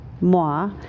moi